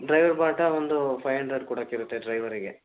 driver ಬಾಟ ಒಂದು five hundred ಕೊಡೋಕ್ಕಿರುತ್ತೆ ಡ್ರೈವರಿಗೆ